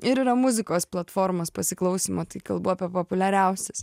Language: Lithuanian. ir yra muzikos platformos pasiklausymo tai kalbu apie populiariausias